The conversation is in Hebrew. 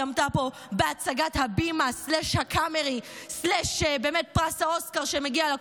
היא עמדה פה בהצגת הבימה/הקאמרי/באמת פרס האוסקר שמגיע לה.